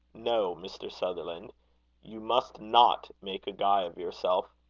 no, mr. sutherland you must not make a guy of yourself.